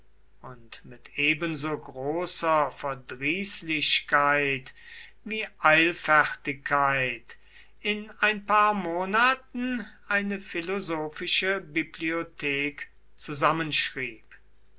und mit ebenso großer verdrießlichkeit wie eilfertigkeit in ein paar monaten eine philosophische bibliothek zusammenschrieb